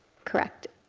correct,